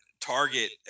Target